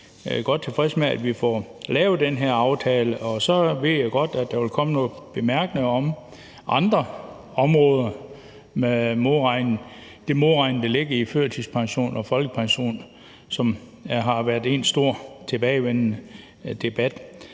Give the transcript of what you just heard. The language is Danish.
være godt tilfredse med, at vi får lavet den her aftale, og så ved jeg godt, at der vil komme nogle bemærkninger om andre områder med modregning. Den modregning, der er for førtidspension og folkepension, som har været en stor tilbagevendende debat,